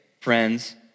friends